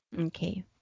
Okay